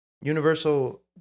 Universal